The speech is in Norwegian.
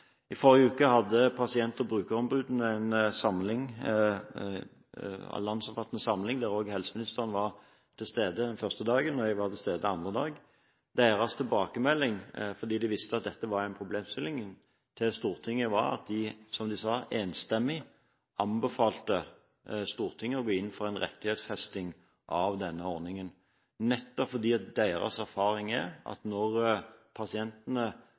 I forrige uke hadde Pasient- og brukerombudene en landsomfattende samling der helseministeren var til stede den første dagen. Jeg var til stede andre dag. Deres tilbakemelding – fordi de visste at dette var en problemstilling – til Stortinget var at de, som de sa, enstemmig anbefalte Stortinget å gå inn for en rettighetsfesting av denne ordningen, nettopp fordi deres erfaring er at når pasientene